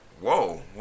whoa